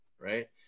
Right